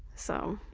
so.